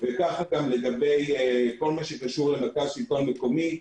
וכך גם לגבי כל מה שקשור למרכז שלטון מקומי.